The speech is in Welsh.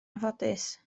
anffodus